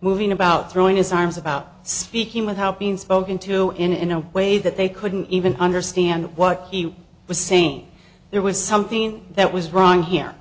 moving about throwing his arms about speaking without being spoken to in a way that they couldn't even understand what he was saying there was something that was wrong here